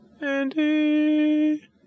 Andy